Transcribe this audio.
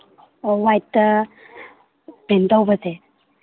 of ꯋꯥꯏꯠꯇ print ꯇꯧꯕꯁꯦ